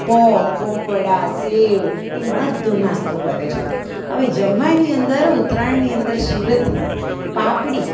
પોંક પોંકવડા સેવ એ બધો નાસ્તો કરે છે હવે જમવાની અંદર ઉત્તરાયણની અંદર સુરતમાં પાપડી